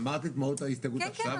אמרתי את מהות ההסתייגות עכשיו,